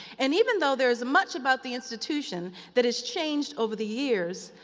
and even though there is much about the institution that has changed over the years,